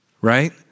right